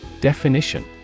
Definition